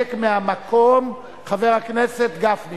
ינמק מהמקום חבר הכנסת גפני.